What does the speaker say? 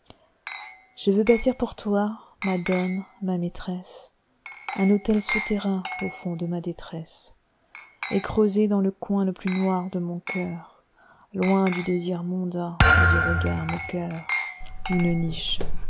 je veux bâtir pour toi madone ma maîtresse un autel souterrain au fond de ma détresse et creuser dans le coin le plus noir de mon cœur loin du désir mondain et du regard moqueur une niche